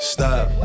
Stop